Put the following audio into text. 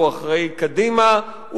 הוא אחראי קדימה,